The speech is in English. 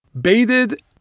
Baited